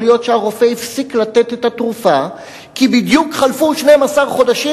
יכול להיות שהרופא הפסיק לתת את התרופה כי בדיוק חלפו 12 החודשים